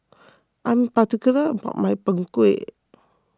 I am particular about my Png Kueh